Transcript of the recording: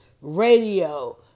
radio